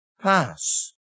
pass